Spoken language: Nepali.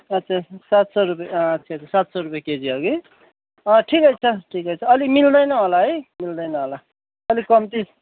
अच्छा सात सय रुप्पे अच्छा अच्छा सात सय रुप्पे केजी हगि ठिकै छ ठिकै छ अलिक मिल्दैन होला है मिल्दैन होला अलिक कम्ती